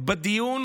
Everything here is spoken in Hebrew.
בדיון